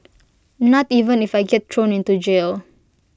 not even if I get thrown into jail